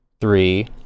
Three